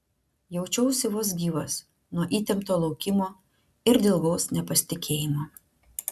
jaučiausi vos gyvas nuo įtempto laukimo ir dilgaus nepasitikėjimo